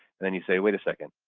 then you say wait a second,